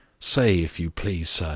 say, if you please, sir,